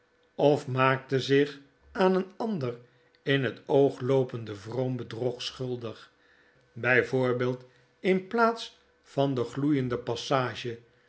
of maakte zich aan een ander in het oogloopende vroom bedrog schuldig bij voorbeeld in plaats van de gloeiende passage